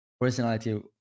personality